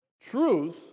Truth